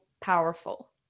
powerful